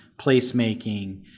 placemaking